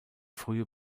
frühe